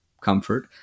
comfort